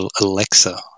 Alexa